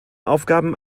aufgaben